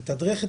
מתדרכת